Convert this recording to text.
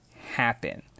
happen